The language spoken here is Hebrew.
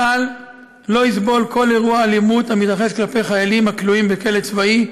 צה"ל לא יסבול כל אירוע אלימות המתרחש כלפי חיילים הכלואים בכלא צבאי,